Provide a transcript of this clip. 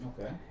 Okay